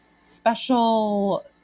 special